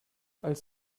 als